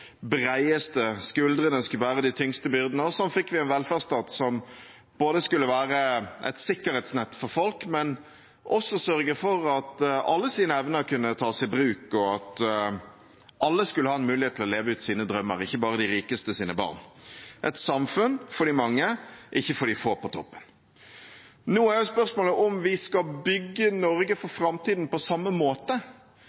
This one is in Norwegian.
bredeste skuldrene skulle bære de tyngste byrdene, og slik fikk vi en velferdsstat som skulle være et sikkerhetsnett for folk, men også sørge for at alles evner kunne tas i bruk, og at alle skulle ha en mulighet til å leve ut sine drømmer, ikke bare de rikestes barn – et samfunn for de mange, ikke for de få på toppen. Nå er spørsmålet om vi skal bygge Norge for